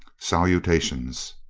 salutations.